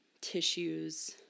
tissues